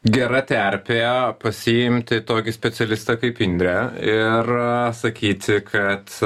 gera terpė pasiimti tokį specialistą kaip indrė ir sakyti kad